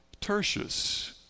Tertius